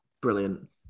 brilliant